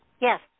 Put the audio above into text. yes